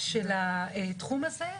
של התחום הזה.